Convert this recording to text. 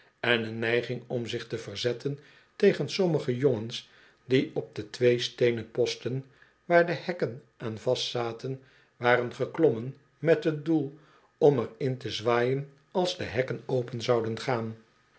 en een neiging om zich te verzetten tegen sommige jongens die op de twee steenen posten waar de hekken aan vastzaten waren geklommen met t doel om er in te zwaaien als de hekken open zouden gaan